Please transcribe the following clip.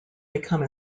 become